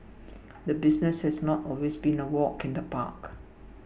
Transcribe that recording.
the business has not always been a walk in the park